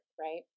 right